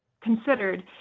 considered